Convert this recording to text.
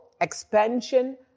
expansion